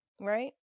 right